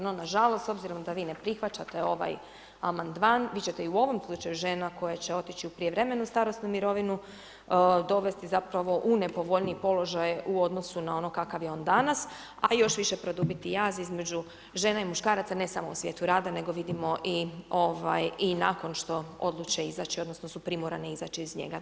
No nažalost s obzirom da vi ne prihvaćate ovaj amandman vi ćete i u ovom slučaju žena koje će otići u prijevremenu starosnu mirovinu dovesti zapravo u nepovoljniji položaj u odnosu na ono kakav je on danas a i još više produbiti jaz između žena i muškaraca, ne samo u svijetu rada nego vidimo i nakon što odluče izaći, odnosno su primorane izaći iz njega.